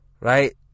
Right